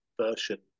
version